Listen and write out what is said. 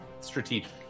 strategic